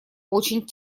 очень